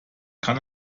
kann